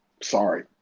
Sorry